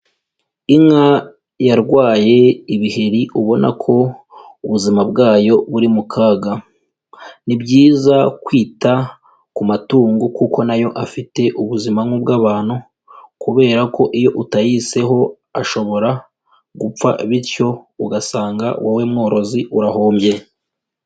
Inka yarwaye ibiheri ubona ko ubuzima bwayo buri mu kaga. Ni byiza kwita ku matungo kuko na yo afite ubuzima nk'ubw'abantu, kubera ko iyo utayiseho ashobora gupfa, bityo ugasanga wowe mworozi urahombye.